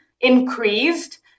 increased